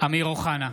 אמיר אוחנה,